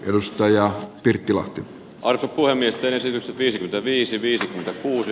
edustaja pirttilahti arkipuhemiesten sijat viisi viisi viisi kuusi